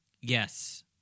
Yes